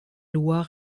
lois